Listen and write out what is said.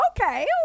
okay